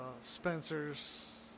Spencer's